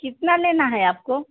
कितना लेना है आपको